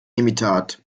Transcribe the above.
imitat